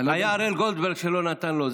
היה הראל גולדברג, שלא נתן לו.